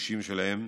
האישיים שלהם,